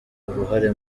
uruhare